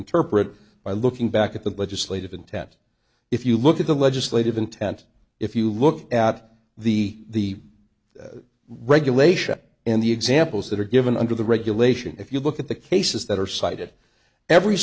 interpret by looking back at the legislative intent if you look at the legislative intent if you look at the regulation and the examples that are given under the regulation if you look at the cases that are cited every